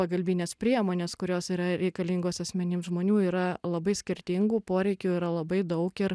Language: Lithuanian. pagalbines priemones kurios yra reikalingos asmenim žmonių yra labai skirtingų poreikių yra labai daug ir